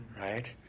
Right